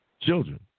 children